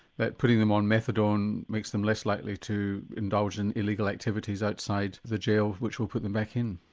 that putting them on methadone makes them less likely to indulge in illegal activities outside the jail which will put them back in?